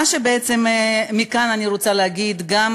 מה שבעצם אני רוצה להגיד מכאן,